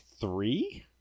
three